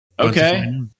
Okay